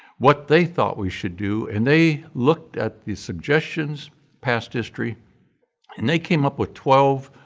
what they thought we should do and they looked at the suggestions, past history and they came up with twelve